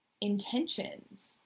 intentions